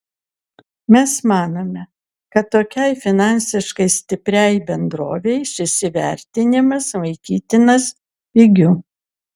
mes manome kad tokiai finansiškai stipriai bendrovei šis įvertinimas laikytinas pigiu